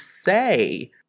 say